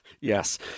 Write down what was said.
yes